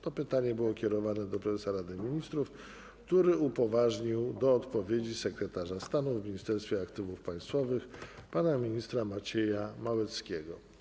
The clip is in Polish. To pytanie skierowane jest do prezesa Rady Ministrów, który upoważnił do odpowiedzi sekretarza stanu w Ministerstwie Aktywów Państwowych pana ministra Macieja Małeckiego.